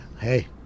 Hey